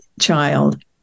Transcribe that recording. child